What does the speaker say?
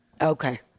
Okay